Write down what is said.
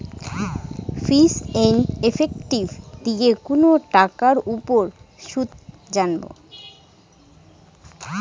ফিচ and effective দিয়ে কোনো টাকার উপর সুদ জানবো